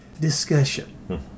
discussion